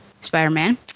Spider-Man